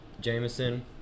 Jameson